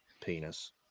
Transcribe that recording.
penis